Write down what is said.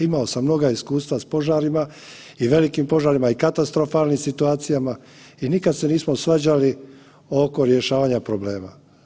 Imao sam mnoga iskustva s požarima i velikim požarima i katastrofalnim situacijama i nikad se nismo svađali oko rješavanja problema.